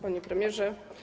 Panie Premierze!